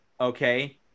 okay